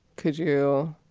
could you.